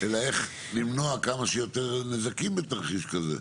אלא איך למנוע כמה שיותר נזקים בתרחיש כזה.